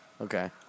Okay